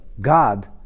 God